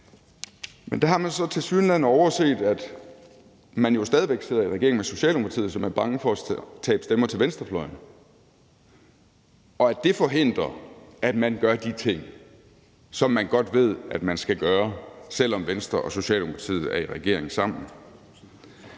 Men der har man så tilsyneladende overset, at man jo stadig væk sidder i regering med Socialdemokratiet, som er bange for at tabe stemmer til venstrefløjen, og at det forhindrer, at man gør de ting, som man godt ved at man skal gøre, selv om Venstre og Socialdemokratiet er i regering sammen.